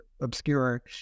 obscure